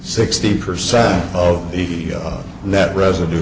sixty percent of the net residue